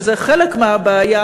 וזה חלק מהבעיה,